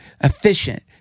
efficient